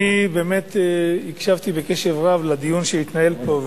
אני באמת הקשבתי בקשב רב לדיון שהתנהל פה.